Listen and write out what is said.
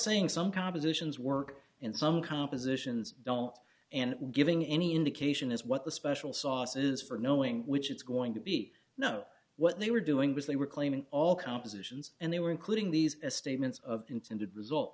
saying some compositions work and some compositions don't and giving any indication is what the special sauce is for knowing which it's going to be no what they were doing was they were claiming all compositions and they were including these statements of intended result